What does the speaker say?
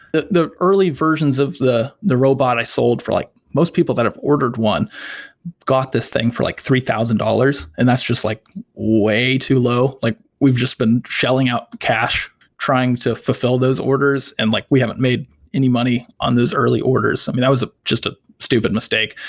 the the early versions of the the robot i sold for like most people that have ordered one got this thing for like three thousand dollars, and that's just like way too low. we've just been shelling out cash trying to fulfill those orders and like we haven't made any money on those early orders. i mean, that was ah just a stupid mistake,